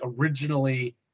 originally